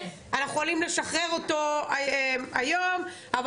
אנחנו יכולים לשחרר אותו היום אבל